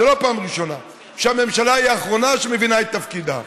זאת לא פעם ראשונה שהממשלה היא האחרונה שמבינה את תפקידה,